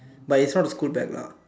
but it's not school bag lah